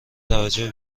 توجه